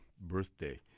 birthday